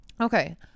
Okay